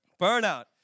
burnout